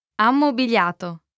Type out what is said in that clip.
ammobiliato